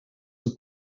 een